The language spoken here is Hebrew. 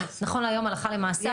נכון להיום הלכה למעשה,